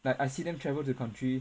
like I see them travel to country